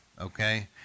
okay